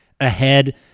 ahead